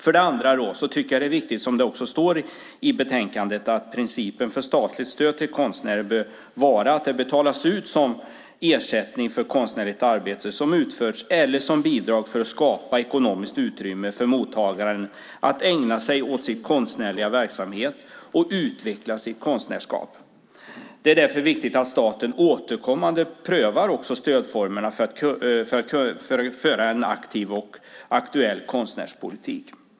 För det andra tycker jag att det är viktigt, vilket också står i betänkandet, att principen för statligt stöd till konstnärer bör vara att det betalas ut som ersättning för konstnärligt arbete som utförts eller som bidrag för att skapa ekonomiskt utrymme för mottagaren att ägna sig åt sin konstnärliga verksamhet och utveckla sitt konstnärskap. Det är därför viktigt att staten också återkommande prövar stödformerna för att föra en aktiv och aktuell konstnärspolitik.